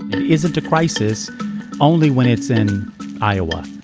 it isn't a crisis only when it's in iowa.